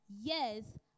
Yes